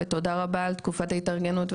ותודה רבה על תקופת ההתארגנות,